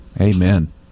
amen